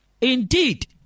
indeed